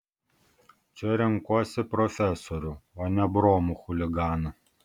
čia renkuosi profesorių o ne bromų chuliganą